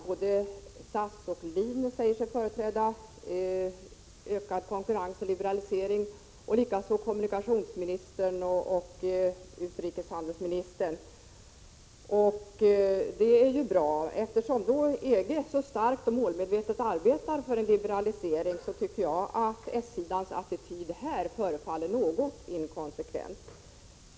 Både SAS och LIN säger sig företräda ökad konkurrens och liberalisering, likaså kommunikationsministern och utrikeshandelsministern, och det är bra. Eftersom EG så starkt och målmedvetet arbetar för en liberalisering tycker jag att socialdemokraternas attityd här i riksdagen förefaller något inkonsekvent.